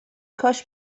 کاش